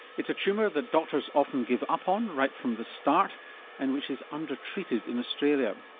it's a tumour that doctors often give up on right from the start and which is under-treated in australia.